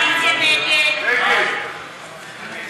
מי בעד ההסתייגות?